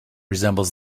resemble